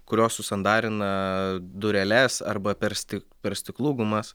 kurios užsandarina dureles arba per sti per stiklų gumas